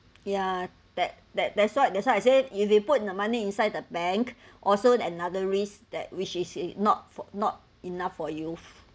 ya that that that's why that's why I said if you put in the money inside the bank also another risk that which is it not for not enough for you